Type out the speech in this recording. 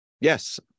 yes